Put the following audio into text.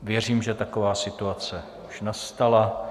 Věřím, že taková situace už nastala.